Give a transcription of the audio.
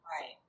Right